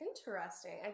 Interesting